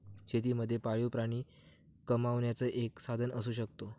शेती मध्ये पाळीव प्राणी कमावण्याचं एक साधन असू शकतो